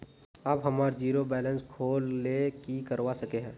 आप हमार zero balance खोल ले की करवा सके है?